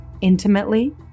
intimately